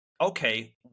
okay